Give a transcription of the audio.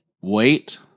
wait